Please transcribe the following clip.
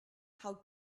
how